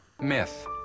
Myth